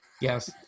Yes